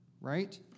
right